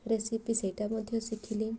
recipe ସେଇଟା ମଧ୍ୟ ଶିଖିଲି